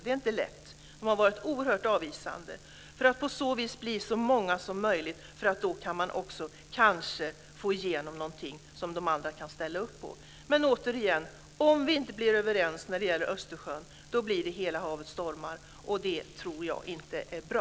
Det är inte lätt. De har varit oerhört avvisande. På det här sättet kan man kanske också få igenom någonting som de andra kan ställa upp på. Men, återigen, om vi inte blir överens när det gäller Östersjön blir det "hela havet stormar", och det tror jag inte är bra.